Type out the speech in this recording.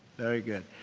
very good.